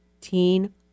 Teen